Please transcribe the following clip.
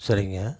சரிங்க